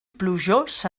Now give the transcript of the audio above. plujós